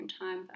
time